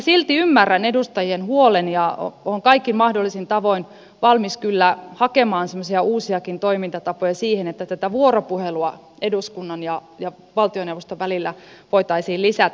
silti ymmärrän edustajien huolen ja olen kaikin mahdollisin tavoin valmis kyllä hakemaan semmoisia uusiakin toimintatapoja siihen että tätä vuoropuhelua eduskunnan ja valtioneuvoston välillä voitaisiin lisätä